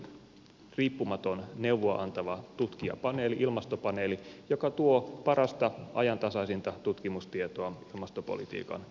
ilmastolakiin sisältyy riippumaton neuvoa antava tutkijapaneeli ilmastopaneeli joka tuo parasta ajantasaisinta tutkimustietoa ilmastopolitiikan käyttöön